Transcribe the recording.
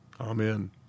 Amen